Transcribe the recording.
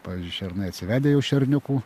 pavyzdžiui šernai atsivedę jau šerniukų